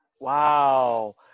Wow